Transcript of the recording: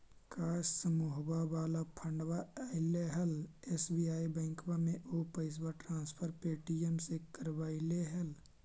का समुहवा वाला फंडवा ऐले हल एस.बी.आई बैंकवा मे ऊ पैसवा ट्रांसफर पे.टी.एम से करवैलीऐ हल?